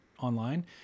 online